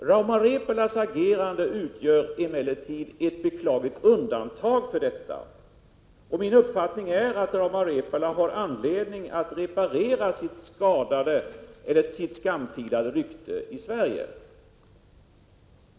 Rauma-Repolas agerande utgör emellertid ett beklagligt undantag. Min uppfattning är att Rauma-Repola har anledning att reparera sitt skamfilade rykte i Sverige.